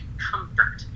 comfort